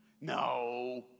No